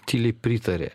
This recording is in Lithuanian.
tyliai pritarė